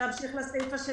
הוראת שעה בסעיף 41